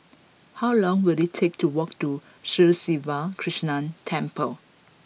how long will it take to walk to Sri Siva Krishna Temple